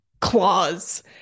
claws